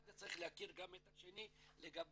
אחד צריך להכיר גם את השני לגבי